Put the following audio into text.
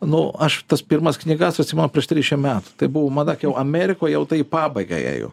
nu aš tas pirmas knygas atsimenu prieš trisdešim metų tai buvo mada kai jau amerikoj jau tai į pabaigą ėjo